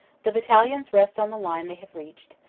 the battalions rest on the line they have reached,